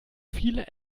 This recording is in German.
viele